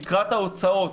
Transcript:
תקרת ההוצאות